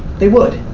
they would,